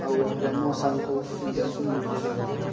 ଆଉ ରେମୋ ସାର୍ଙ୍କୁ ଡ୍ୟାନ୍ସ ବି ମୋତେ ବହୁତ ଭଲ ଲାଗେ